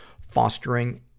Fostering